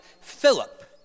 Philip